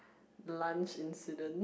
lunch incident